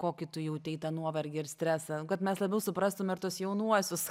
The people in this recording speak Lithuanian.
kokį tu jautei tą nuovargį ar stresą kad mes labiau suprastume ir tuos jaunuosius